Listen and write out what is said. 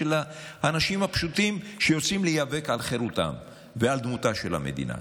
האנשים הפשוטים שיוצאים להיאבק על חירותם ועל דמותה של המדינה.